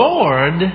Lord